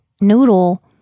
noodle